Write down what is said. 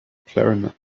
clarinet